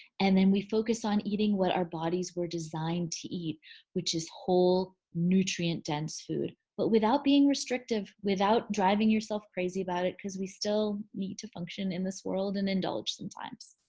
and then we focus on eating what our bodies were designed to eat which is whole, nutrient-dense food but without being restrictive. without driving yourself crazy about it cause we still need to function in this world and indulge sometimes.